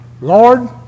Lord